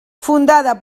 fundada